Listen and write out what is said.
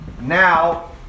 now